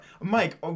Mike